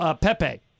Pepe